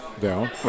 down